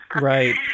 Right